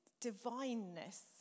divineness